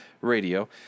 Radio